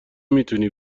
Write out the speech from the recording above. میتونی